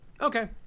Okay